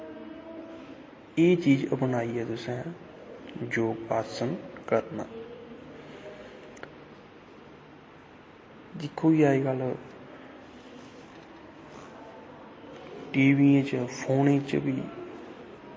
एह् चीज़ अपनाइयै तुसैं योग आसन करना दिक्खो जी अज कल टीविएं च फोनें च बी